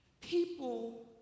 People